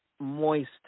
moist